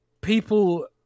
people